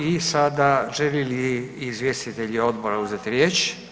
I sada želi li izvjestitelji odbora uzeti riječ?